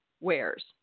wares